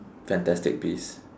fantastic beast